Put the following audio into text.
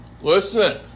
Listen